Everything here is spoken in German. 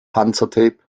panzertape